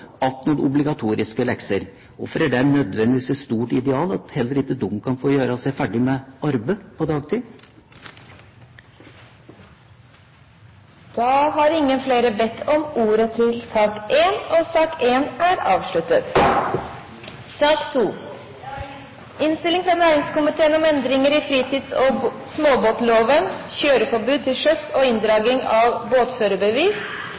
obligatoriske lekser. Hvorfor er det nødvendigvis et stort ideal at de ikke kan få gjøre seg ferdig med arbeidet på dagtid? Flere har ikke bedt om ordet til sak nr. 1. Etter ønske fra næringskomiteen vil presidenten foreslå at taletiden begrenses til 40 minutter og fordeles med inntil 5 minutter til hvert parti og